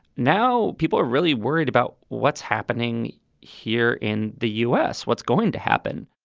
now people are really worried about what's happening here in the us, what's going to happen